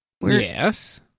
yes